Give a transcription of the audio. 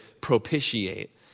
propitiate